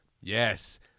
Yes